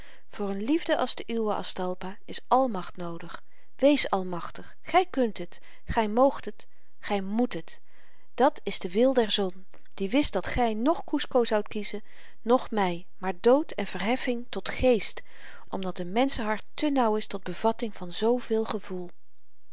voor n liefde als de uwe aztalpa is almacht noodig wéés almachtig gy kunt het gy moogt het gy moet het dat is de wil der zon die t wist dat gy noch kusco zoudt kiezen noch my maar dood en verheffing tot geest omdat een menschenhart te nauw is tot bevatting van zoo veel gevoel